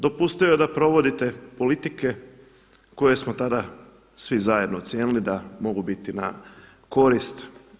Dopustio je da provodite politike koje smo tada svi zajedno ocijenili da mogu biti na korist.